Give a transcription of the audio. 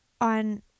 on